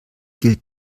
gilt